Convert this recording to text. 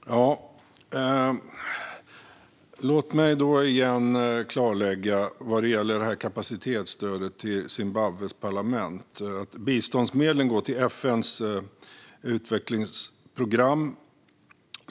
Fru talman! Låt mig än en gång klarlägga vad gäller kapacitetsstödet till Zimbabwes parlament att biståndsmedlen går till FN:s utvecklingsprogram.